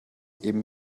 eben